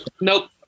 Nope